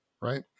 right